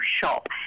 shop